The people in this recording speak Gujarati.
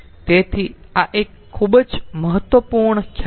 તેથી આ એક ખૂબ જ મહત્વપૂર્ણ ખ્યાલ છે